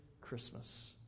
Christmas